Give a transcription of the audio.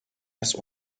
das